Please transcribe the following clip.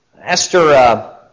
Esther